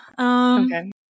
Okay